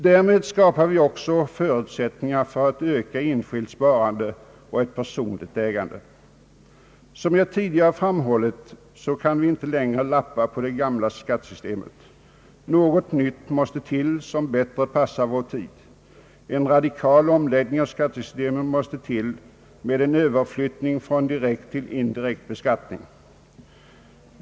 Därmed skapas också förutsättningar för ett ökat enskilt sparande och ett personligt ägande. Som jag tidigare framhållit, kan vi inte längre lappa på det gamla skattesystemet. Något nytt måste ske som bättre passar vår tid. En radikal omläggning av skattesystemet måste till med en överflyttning från direkt till indirekt beskattning.